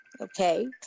Okay